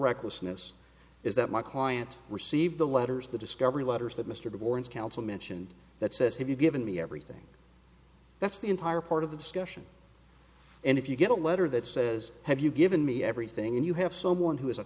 recklessness is that my client received the letters the discovery letters that mr warren's counsel mentioned that says if you've given me everything that's the entire part of the discussion and if you get a letter that says have you given me everything and you have someone who is a